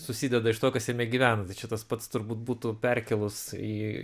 susideda iš to kas jame gyvena tai čia tas pats turbūt būtų perkėlus į